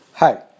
Hi